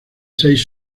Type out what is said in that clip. seis